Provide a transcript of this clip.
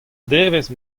devezh